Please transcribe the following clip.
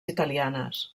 italianes